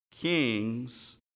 kings